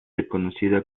reconocida